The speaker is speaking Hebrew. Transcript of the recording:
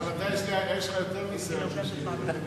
יש לך יותר ניסיון מאשר לי.